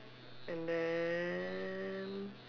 and then